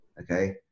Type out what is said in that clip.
okay